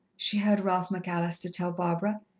she heard ralph mcallister tell barbara.